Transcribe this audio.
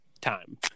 time